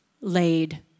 laid